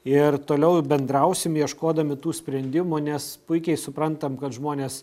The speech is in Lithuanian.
ir toliau bendrausim ieškodami tų sprendimų nes puikiai suprantam kad žmonės